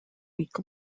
week